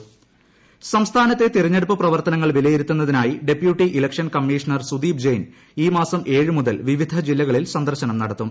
സുദീപ് ജെയിൻ സംസ്ഥാനത്തെ തിരഞ്ഞെടുപ്പ് പ്രവർത്തനങ്ങൾ വിലയിരുത്തുന്ന തിനായി deputy election commissioner Sudeep Jain ഈ മാസം ഏഴ് മുതൽ വിവിധ ജില്ലകളിൽ സന്ദർശനം നടത്തും